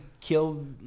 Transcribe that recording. killed